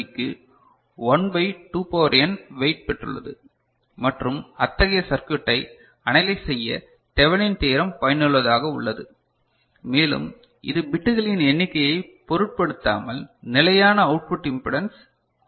பிக்கு 1 by 2 power n weight பெற்றுள்ளது மற்றும் அத்தகைய சர்க்யூட்டை அனலைஸ் செய்ய தெவெனின் தியரம் பயனுள்ளதாக உள்ளது மேலும் இது பிட்டுகளின் எண்ணிக்கையைப் பொருட்படுத்தாமல் நிலையான அவுட்புட் இம்பிடன்ஸ் கொண்டுள்ளது